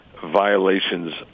violations